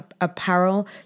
apparel